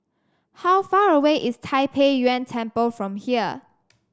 how far away is Tai Pei Yuen Temple from here